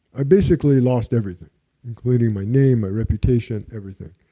i basically lost everything including my name, my reputation, everything.